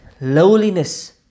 lowliness